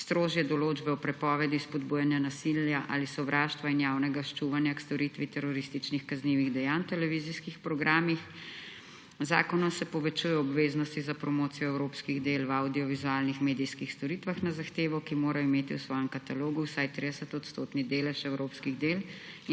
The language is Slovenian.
strožje določbe o prepovedi spodbujanja nasilja ali sovraštva in javnega ščuvanja k storitvi terorističnih kaznivih dejanj v televizijskih programih. V zakonu se povečujejo obveznosti za promocijo evropskih del v avdiovizualnih medijskih storitvah na zahtevo, ki mora imeti v svojem katalogu vsaj 30-odstotni delež evropskih del